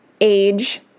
age